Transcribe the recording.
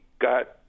got